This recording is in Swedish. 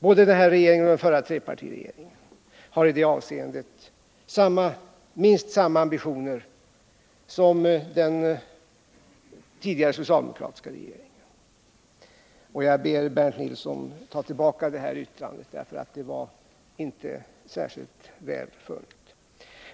Både den här regeringen och den förra trepartiregeringen har i det avseendet haft minst samma ambitioner som den tidigare socialdemokratiska regeringen. Jag ber därför Bernt Nilsson att ta tillbaka det yttrandet. Det var inte särskilt välfunnet.